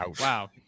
wow